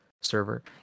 server